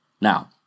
Now